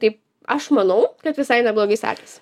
taip aš manau kad visai neblogai sekasi